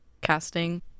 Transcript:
casting